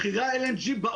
מחירי ה- -- בעולם,